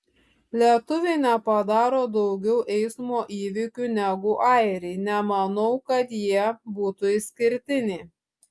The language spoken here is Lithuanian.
lietuviai nepadaro daugiau eismo įvykių negu airiai nemanau kad jie būtų išskirtiniai